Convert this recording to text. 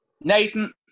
Nathan